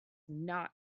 not